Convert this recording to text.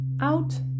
out